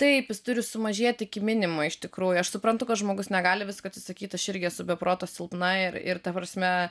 taip jis turi sumažėti iki minimumo iš tikrųjų aš suprantu kad žmogus negali visko atsisakyti aš irgi esu be proto silpna ir ir ta prasme